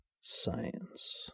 science